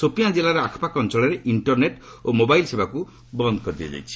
ସୋପିଆଁ ଜିଲ୍ଲାର ଆଖପାଖ ଅଞ୍ଚଳରେ ଇଣ୍ଟରନେଟ୍ ଓ ମୋବାଇଲ୍ ସେବାକୁ ବନ୍ଦ କରିଦିଆଯାଇଛି